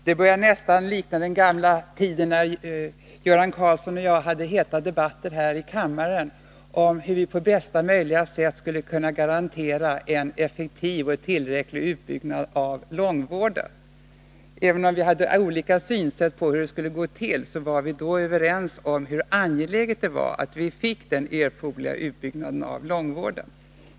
Herr talman! Det här börjar likna den gamla tiden, när Göran Karlsson och jag hade heta debatter här i kammaren om hur vi på bästa möjliga sätt skulle kunna garantera en effektiv och tillräcklig utbyggnad av långvården. Även om vi hade olika syn på hur det skulle gå till, var vi överens om att det var angeläget att vi fick den erforderliga utbyggnaden av långvården.